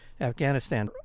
Afghanistan